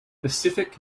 pacific